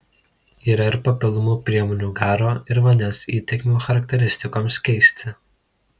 yra ir papildomų priemonių garo ir vandens įtekmių charakteristikoms keisti